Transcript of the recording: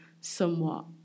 somewhat